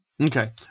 Okay